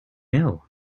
ill